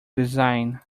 design